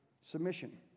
submission